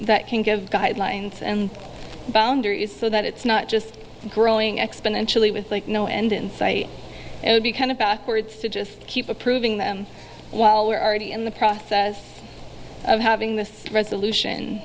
that can give guidelines and boundaries so that it's not just growing exponentially with no end in sight it would be kind of backwards to just keep approving them while we're already in the process of having this resolution